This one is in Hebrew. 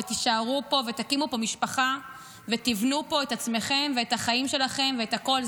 ותישארו פה ותקימו פה משפחה ותבנו פה את עצמכם ואת החיים שלכם ואת הכול.